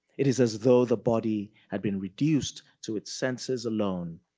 it is as though the body had been reduced to its senses alone,